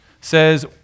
says